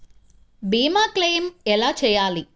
భీమ క్లెయిం ఎలా చేయాలి?